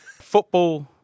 Football